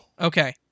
Okay